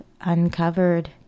uncovered